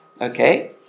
okay